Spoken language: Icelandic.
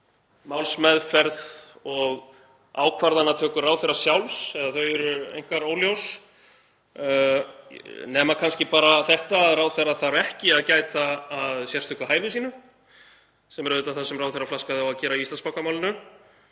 málsmeðferð og ákvarðanatöku ráðherra sjálfs eða þau eru einkar óljós nema kannski bara þetta; ráðherra þarf ekki að gæta að sérstöku hæfi sínu sem er auðvitað það sem ráðherra flaskaði á að gera í Íslandsbankamálinu.